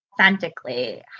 authentically